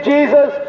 Jesus